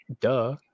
Duh